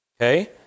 Okay